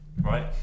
right